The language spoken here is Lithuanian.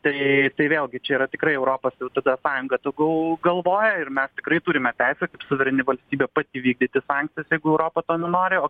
tai tai vėlgi čia yra tikrai europos jau tada sąjunga tegul galvoja ir mes tikrai turime teisę kaip suvereni valstybė pati vykdyti sankcijas jeigu europa to nenori o